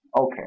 Okay